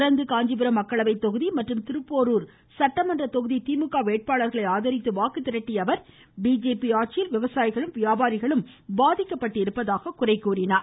தொடர்ந்து காஞ்சிபுரம் மக்களவை தொகுதி மற்றும் திருப்போருர் சட்டமன்ற தொகுதி திமுக வேட்பாளர்களை ஆதரித்து வாக்கு திரட்டிய அவர் பிஜேபி ஆட்சியில் விவசாயிகளும் வியாபாரிகளும் அதிகளவு பாதிக்கப்பட்டதாக குறை கூறினார்